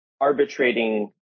arbitrating